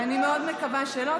אני מאוד מקווה שלא.